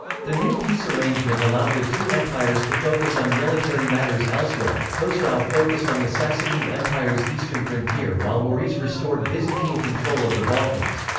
the new peace arrangement allowed the two empires to focus on military matters elsewhere khosrau focused on the sassanid empire's eastern frontier while maurice restored byzantine control of the balkans.